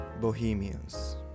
Bohemians